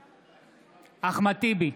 בעד אחמד טיבי,